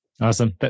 Awesome